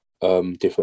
different